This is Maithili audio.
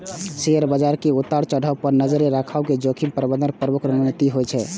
शेयर बाजार के उतार चढ़ाव पर नजरि राखब जोखिम प्रबंधनक प्रमुख रणनीति होइ छै